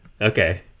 Okay